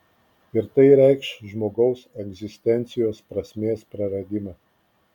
ir tai reikš žmogaus egzistencijos prasmės praradimą